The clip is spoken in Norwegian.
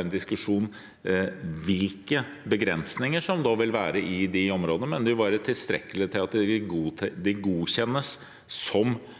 en diskusjon om hvilke begrensninger som da vil være i de områdene, men det må være tilstrekkelig til at de godkjennes som